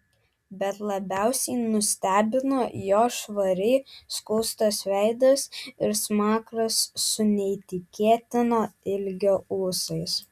bet labiausiai nustebino jo švariai skustas veidas ir smakras su neįtikėtino ilgio ūsais